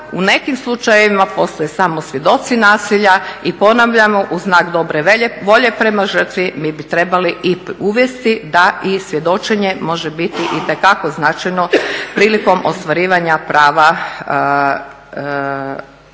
u nekim slučajevima postoje samo svjedoci nasilja i ponavljamo u znak dobre volje prema žrtvi, mi bi trebali i uvesti da i svjedočenje možete biti itekako značajno prilikom ostvarivanja prava statusa